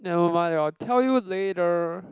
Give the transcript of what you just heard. never mind I'll tell you later